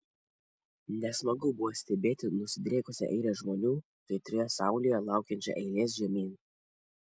nesmagu buvo stebėti nusidriekusią eilę žmonių kaitrioje saulėje laukiančią eilės žemyn